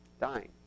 dying